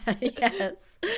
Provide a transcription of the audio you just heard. yes